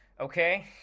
Okay